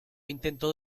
intentó